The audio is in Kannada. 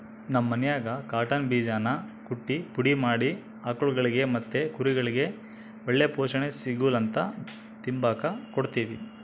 ನಮ್ ಮನ್ಯಾಗ ಕಾಟನ್ ಬೀಜಾನ ಕುಟ್ಟಿ ಪುಡಿ ಮಾಡಿ ಆಕುಳ್ಗುಳಿಗೆ ಮತ್ತೆ ಕುರಿಗುಳ್ಗೆ ಒಳ್ಳೆ ಪೋಷಣೆ ಸಿಗುಲಂತ ತಿಂಬಾಕ್ ಕೊಡ್ತೀವಿ